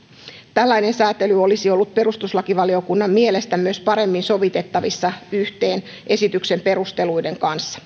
tällainen sääntely olisi ollut perustuslakivaliokunnan mielestä myös paremmin sovitettavissa yhteen esityksen perusteluiden kanssa mutta